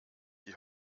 die